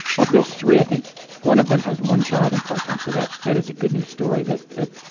of those three i think one of them has one child in part time. so that that is a good news story that that